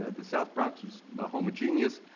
the south bronx was homogeneous,